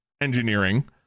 engineering